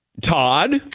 Todd